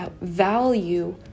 value